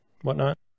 whatnot